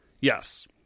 Yes